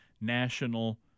national